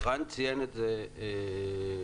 רן ציין את זה בדבריו.